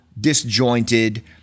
disjointed